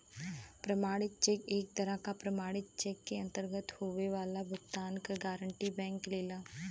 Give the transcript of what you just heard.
प्रमाणित चेक एक तरह क प्रमाणित चेक के अंतर्गत होये वाला भुगतान क गारंटी बैंक लेला